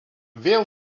vėl